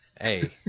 Hey